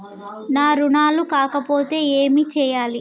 నా రుణాలు కాకపోతే ఏమి చేయాలి?